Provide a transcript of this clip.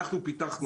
אנו פיתחנו